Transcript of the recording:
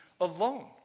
alone